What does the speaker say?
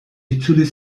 itzuli